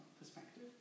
perspective